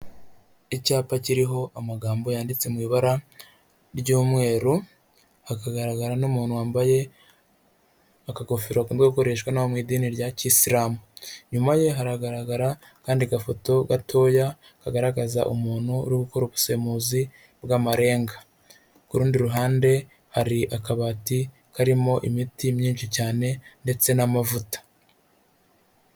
Icyapa kiriho amagambo yanditse mu ibara ry'umweru, hakagaragara n'umuntu wambaye akagofero gakunda gukoreshwa n'abo mu idini rya Kisilamu, inyuma ye haragaragara akandi gafoto gatoya kagaragaza umuntu urigukora ubusemuzi bw'amarenga, ku rundi ruhande hari akabati karimo imiti myinshi cyane ndetse n'amavuta.